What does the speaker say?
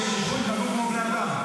--- תירגע,